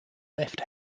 left